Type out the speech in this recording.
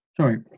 Sorry